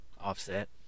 offset